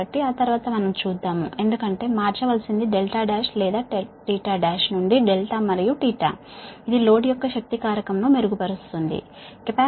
కాబట్టి ఆ తర్వాత మనం చూద్దాము ఎందుకంటే మార్చవలసింది 1 లేదా 1 నుండి δ మరియు ఇది లోడ్ యొక్క పవర్ ఫాక్టర్ ను మెరుగుపరుస్తుంది సరేనా